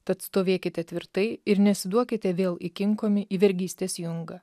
tad stovėkite tvirtai ir nesiduokite vėl įkinkomi į vergystės jungą